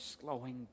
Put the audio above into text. slowing